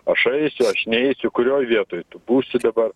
aš eisiu aš neisiu kurioj vietoj tu būsi dabar